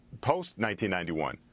post-1991